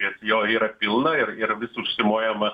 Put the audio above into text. nes jo yra pilna ir ir vis užsimojama